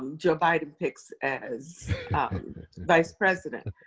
joe biden picks as vice president,